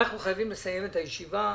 אנחנו חייבים לסיים את הישיבה.